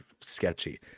sketchy